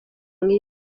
mwiza